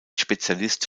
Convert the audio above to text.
spezialist